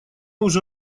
уже